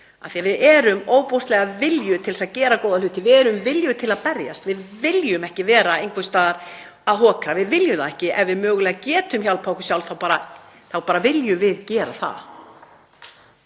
að við erum ofboðslega viljug til að gera góða hluti. Við erum viljug til að berjast, við viljum ekki vera einhvers staðar að hokra. Ef við getum mögulega hjálpað okkur sjálf þá bara viljum við gera það.